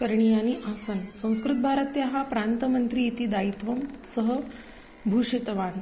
करणीयानि आसन् संस्कृतभारत्याः प्रान्तमन्त्री इति दायित्वं सः भूषितवान्